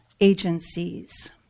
agencies